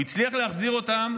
הוא הצליח להחזיר אותם,